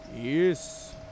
yes